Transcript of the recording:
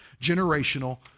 generational